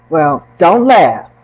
well, don't laugh.